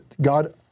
God